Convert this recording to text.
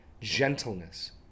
gentleness